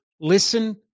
Listen